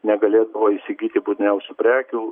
negalėdavo įsigyti būtiniausių prekių